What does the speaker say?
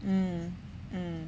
mm mm